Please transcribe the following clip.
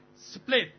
split